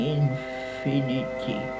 infinity